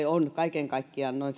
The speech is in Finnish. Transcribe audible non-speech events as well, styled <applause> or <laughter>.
<unintelligible> on kaiken kaikkiaan noin <unintelligible>